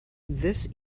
this